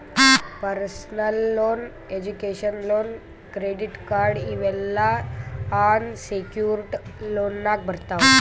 personal loan, education loan, credit card ಇವ್ ಎಲ್ಲಾ unsecured ಲೋನ್ನಾಗ್ ಬರ್ತಾವ್